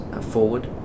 forward